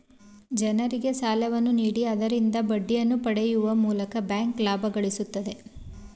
ಜನರಿಗೆ ಸಾಲವನ್ನು ನೀಡಿ ಆದರಿಂದ ಬಡ್ಡಿಯನ್ನು ಪಡೆಯುವ ಮೂಲಕ ಬ್ಯಾಂಕ್ ಲಾಭ ಗಳಿಸುತ್ತದೆ